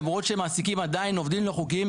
למרות שהם עדיין מעסיקים עובדים לא חוקיים,